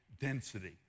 density